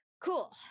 Cool